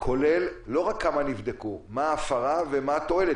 כולל לא רק כמה נבדקו, מה ההפרה ומה התועלת.